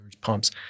pumps